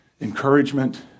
encouragement